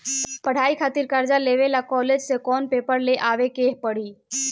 पढ़ाई खातिर कर्जा लेवे ला कॉलेज से कौन पेपर ले आवे के पड़ी?